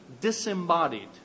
disembodied